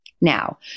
Now